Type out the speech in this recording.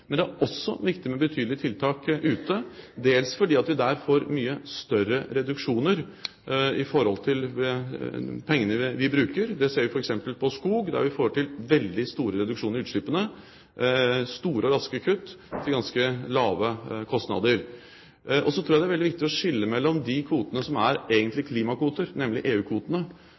Men det er også viktig med betydelige tiltak ute, dels fordi vi der får mye større reduksjoner i forhold til pengene vi bruker. Det ser vi f.eks. når det gjelder skog, der vi får til veldig store reduksjoner i utslippene – store og raske kutt til ganske lave kostnader. Så tror jeg det er veldig viktig å skille mellom de kvotene som er egentlige klimakvoter, nemlig